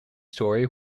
story